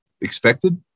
expected